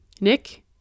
Nick